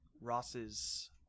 Ross's